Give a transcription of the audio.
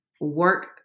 work